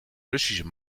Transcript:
russische